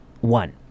One